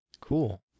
Cool